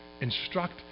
Instruct